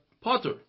potter